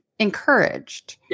encouraged